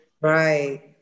Right